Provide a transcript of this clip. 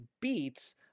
beats